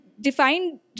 defined